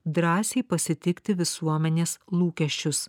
drąsiai pasitikti visuomenės lūkesčius